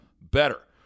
better